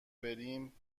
بریم